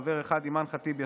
חבר אחד: אימאן ח'טיב יאסין.